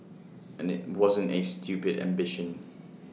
and IT wasn't A stupid ambition